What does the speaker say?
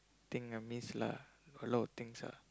thing I miss lah a lot of things ah